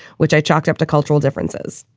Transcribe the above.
which i chalked up to cultural differences.